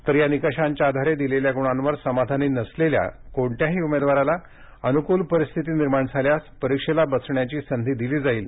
तर या निकषांच्या आधारे दिलेल्या गुणांवर समाधानी नसलेल्या कोणत्याही उमेदवाराला अनुकूल परिस्थिती निर्माण झाल्यावर परीक्षेस बसण्याची संधी दिली जाणार आहे